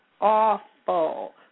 awful